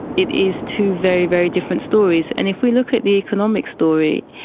it is two very, very different stories. and if we look at the economic story,